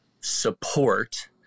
support